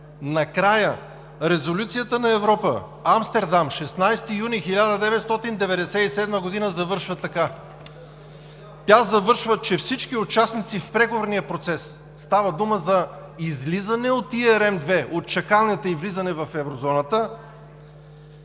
накрая резолюцията на Европа – Амстердам, 16 юни 1997 г. завършва така: „Всички участници в преговорния процес, става дума за излизане от ERM II – от чакалнята, и влизане в Еврозоната,